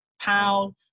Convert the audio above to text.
pound